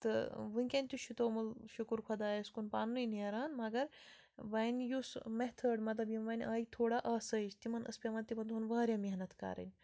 تہٕ وٕنۍ کٮ۪ن تہِ چھُ توٚمُل شُکُر خۄدایَس کُن پَنٛنُے نیران مگر وۄنۍ یُس مٮ۪تھٲڑ مطلب وۄنۍ آیہِ تھوڑا آسٲیِش تِمَن ٲس پٮ۪وان تِمَن دۄہَن واریاہ محنت کَرٕنۍ